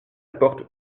porte